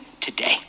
today